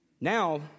Now